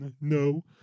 no